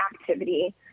activity